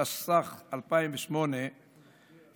התשס"ח 2008,